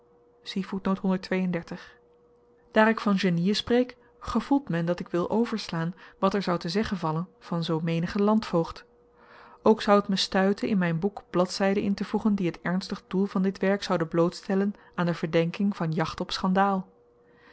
daar ik van genien spreek gevoelt men dat ik wil over slaan wat er zou te zeggen vallen van zoo menigen landvoogd ook zou t me stuiten in myn boek bladzyden intevoegen die t ernstig doel van dit werk zouden blootstellen aan de verdenking van jacht op schandaal